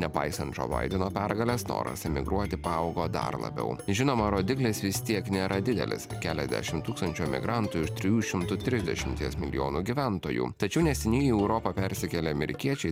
nepaisant džo baideno pergalės noras emigruoti paaugo dar labiau žinoma rodiklis vis tiek nėra didelis keliasdešim tūkstančių emigrantų iš trijų šimtų trisdešimties milijonų gyventojų tačiau neseniai į europą persikėlę amerikiečiai